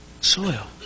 Soil